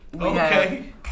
Okay